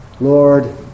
Lord